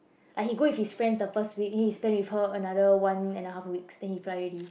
like he go with his friend the first week then he spend with her another one and a half weeks then he fly already